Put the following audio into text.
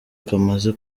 kamaze